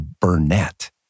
Burnett